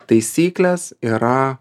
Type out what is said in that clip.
taisyklės yra